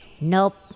Nope